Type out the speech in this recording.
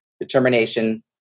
determination